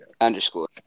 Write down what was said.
Underscore